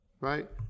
right